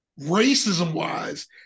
Racism-wise